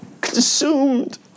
consumed